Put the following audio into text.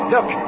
Look